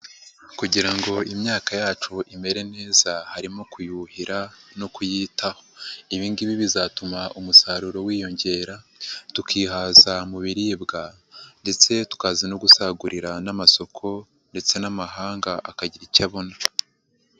Kugira ngo imyaka yacu imere neza, harimo kuyuhira no kuyitaho. Ibi ngibi bizatuma umusaruro wiyongera, tukihaza mu biribwa ndetse tukaza no gusagurira n'amasoko ndetse n'amahanga akagira icyo abona.